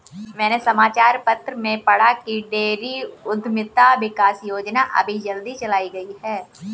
मैंने समाचार पत्र में पढ़ा की डेयरी उधमिता विकास योजना अभी जल्दी चलाई गई है